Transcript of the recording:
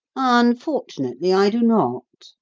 unfortunately i do not,